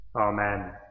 Amen